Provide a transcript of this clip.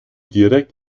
direkt